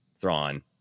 thrawn